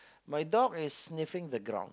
my dog is sniffing the ground